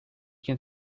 can